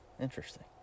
interesting